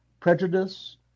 Prejudice